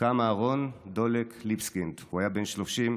קם אהרון דולק ליבסקינד, הוא היה בן 30,